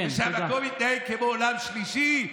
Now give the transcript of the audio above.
שהמקום יתנהל כמו עולם שלישי?